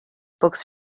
books